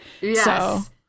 Yes